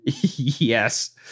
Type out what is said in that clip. Yes